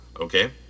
Okay